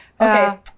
okay